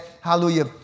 hallelujah